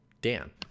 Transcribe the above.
Dan